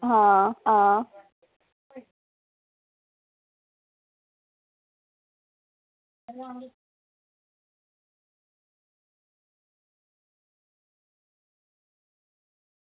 आं आं